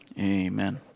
amen